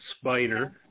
Spider